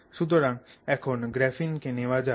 সুতরাং এখন গ্রাফিন নেওয়া যাক